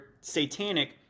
satanic